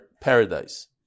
paradise